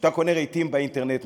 כשאתה קונה רהיטים באינטרנט,